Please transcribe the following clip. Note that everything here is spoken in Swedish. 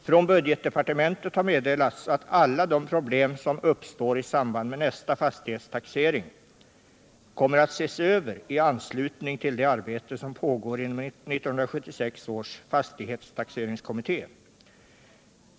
Från budgetdepartementet har meddelats att alla de problem som uppstår i samband med nästa fastighetstaxering kommer att ses över i anslutning till det arbete som pågår inom 1976 års fastighetstaxeringskommitté.